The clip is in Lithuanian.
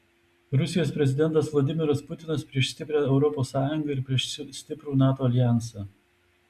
rusijos prezidentas vladimiras putinas prieš stiprią europos sąjungą ir prieš stiprų nato aljansą